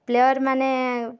ପ୍ଲେୟାର୍ମାନେ